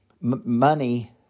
Money